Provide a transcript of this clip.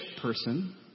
person